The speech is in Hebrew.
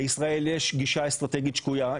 לישראל יש גישה אסטרטגית שגויה.